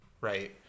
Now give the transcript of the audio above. right